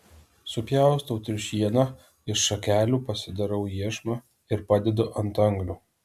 supjaustau triušieną iš šakelių pasidarau iešmą ir padedu ant anglių